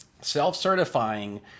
Self-certifying